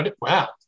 Wow